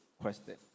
question